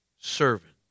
servant